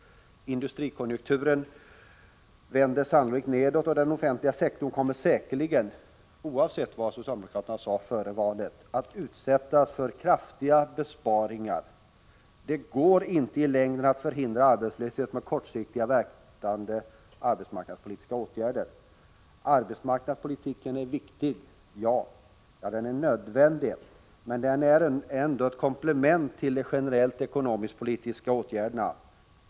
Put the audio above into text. Industrikonjunkturen vänder sannolikt nedåt och den offentliga sektorn kommer säkerligen, oavsett vad socialdemokraterna sade före valet, att utsättas för kraftiga besparingar. Det går inte i längden att förhindra arbetslösheten med kortsiktigt verkande arbetsmarknadspolitiska åtgärder. Arbetsmarknadspolitiken är viktig, ja nödvändig, men den är ändå bara ett komplement till de generellt ekonomisk-politiska åtgärderna.